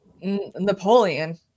Napoleon